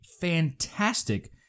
fantastic